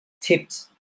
Tips